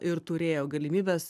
ir turėjo galimybes